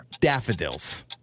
daffodils